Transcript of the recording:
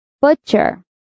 Butcher